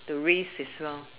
the race as well